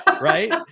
Right